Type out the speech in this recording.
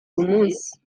umunsi